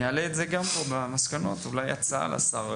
אני אעלה את זה גם פה במסקנות, אולי הצעה לשר,